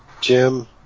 Jim